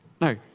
No